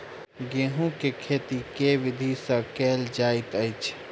गेंहूँ केँ खेती केँ विधि सँ केल जाइत अछि?